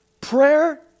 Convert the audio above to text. prayer